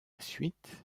suite